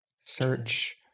Search